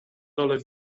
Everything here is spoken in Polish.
dole